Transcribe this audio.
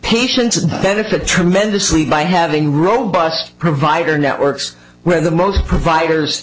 patients benefit tremendously by having robust provider networks where the most providers